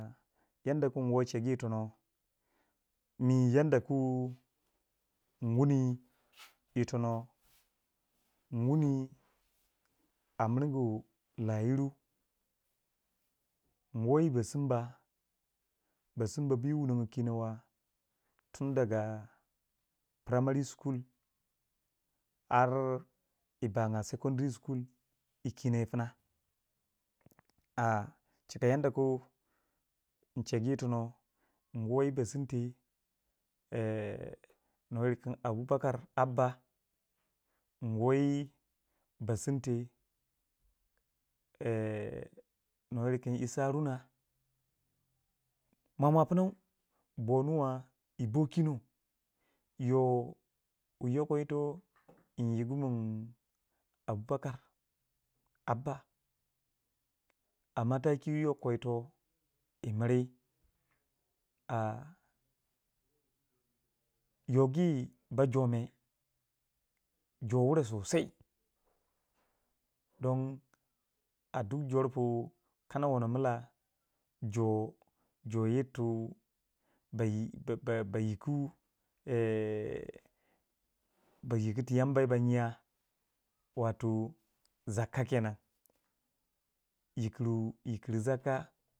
yanda ku nwo chegu yitono mi yanda ku min wuni yi to no min wuni a miringu lah yiru nwoyi be simba bensimba bu yi wumongo kino wa tundaga primary school har yi banga secondary school yi kino yi pima a chika yan da ku in chegu yi tono nwoyi besinte nuwayir kin abubakar abba, nwoyi be sinte nuwa yir kin isa haruna mwamwa pina bo nuna yi bo kino yoh wu yoko yito yin yigu min abubakar abba a ma ta ki yoko ito yi miri a yogi ba jome jo wura sosai don a duk jor pu kana wono milah jo jo ir tu bai ba yiki ba yiki ti yamba ba niya wato zak ka kenan, yikiru yikir zak ka.